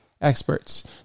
experts